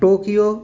Tokyo